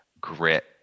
grit